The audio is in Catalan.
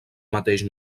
mateix